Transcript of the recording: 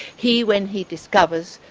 he, when he discovers,